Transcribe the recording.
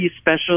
special